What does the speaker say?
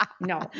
no